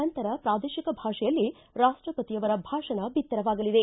ನಂತರ ಪ್ರಾದೇಶಿಕ ಭಾಷೆಯಲ್ಲಿ ರಾಷ್ಟಪತಿಯವರ ಭಾಷಣ ಬಿತ್ತರವಾಗಲಿದೆ